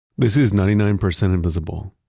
this is ninety nine percent invisible,